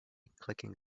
clicking